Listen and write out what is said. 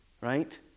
right